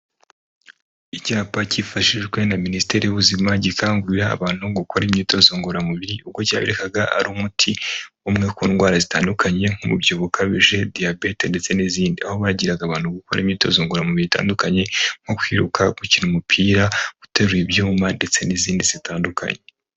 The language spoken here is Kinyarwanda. Icyapa cyifashijwe na Minisiteri y'ubuzima, gikangurira abantu gukora imyitozo ngororamubiri, ubwo cyaberekaga ari umuti umwe ku ndwara zitandukanye'umubyibuho ukabije, diyabete ndetse n'izindi, aho bagiraga abantu gukora imyitozo ngororamubiri itandukanye nko kwiruka, gukina umupira, guterura ibyuma ndetse n'izindi zitandukanye.